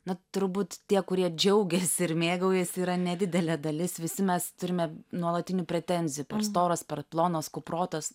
na turbūt tie kurie džiaugiasi ir mėgaujasi yra nedidelė dalis visi mes turime nuolatinių pretenzijų per storas per plonas kuprotas